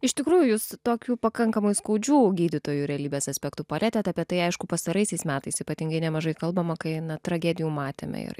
iš tikrųjų jus tokių pakankamai skaudžių gydytojų realybės aspektų palietėt apie tai aišku pastaraisiais metais ypatingai nemažai kalbama kai tragedijų matėme ir